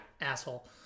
asshole